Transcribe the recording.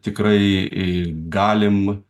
tikrai ii galim